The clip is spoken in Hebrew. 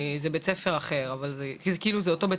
לאותו בית הספר, אבל לתיכון.